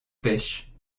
pêches